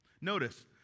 Notice